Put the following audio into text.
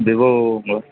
விவோங்களா